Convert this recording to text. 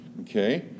okay